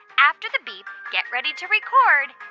after the beep, get ready to record